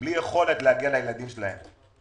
בלי יכולת להגיע לילדים שלהם.